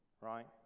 right